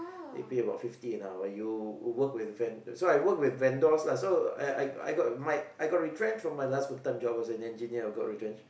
they pay about fifty an hour you work with a ven~ so I work with vendors lah so I I I got my I got retrenched from my last full-time job as an engineer I got retrenched